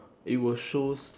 it will shows